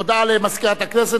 להודעה למזכירת הכנסת,